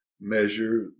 measure